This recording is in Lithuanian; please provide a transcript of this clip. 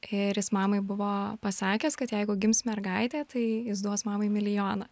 ir jis mamai buvo pasakęs kad jeigu gims mergaitė tai jis duos mamai milijoną